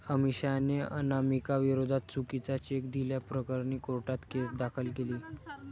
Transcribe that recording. अमिषाने अनामिकाविरोधात चुकीचा चेक दिल्याप्रकरणी कोर्टात केस दाखल केली